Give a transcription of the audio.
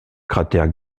cratère